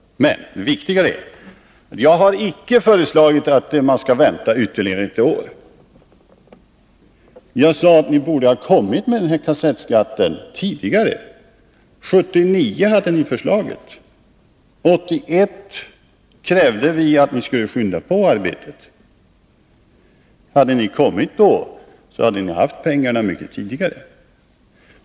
Men viktigare är: Jag har icke föreslagit att man skall vänta ytterligare ett år. Jag sade att ni borde ha kommit med kassettskatten tidigare. 1979 hade ni förslaget. 1981 krävde vi att ni skulle skynda på arbetet. Hade ni kommit då, så hade ni haft pengarna mycket tidigare.